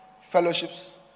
fellowships